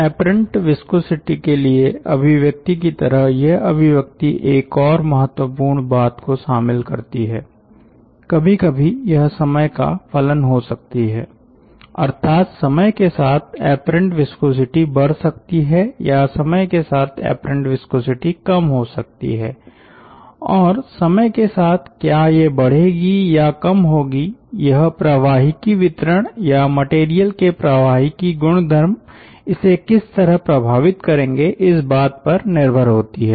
apparent viscosity के लिए अभिव्यक्ति की तरह ये अभिव्यक्ति एक और महत्वपूर्ण बात को शामिल करती है कभी कभी यह समय का फलन हो सकती हैं अर्थात समय के साथ एपरेंट विस्कोसिटी बढ़ सकती हैं या समय के साथ एपरेंट विस्कोसिटी कम हो सकती है और समय के साथ क्या ये बढ़ेगी या कम होगी यह प्रवाहिकी वितरण या मटेरियल के प्रवाहिकी गुणधर्म इसे किस तरह प्रभावित करेंगे इस बात पर निर्भर होती है